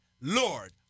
Lord